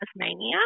Tasmania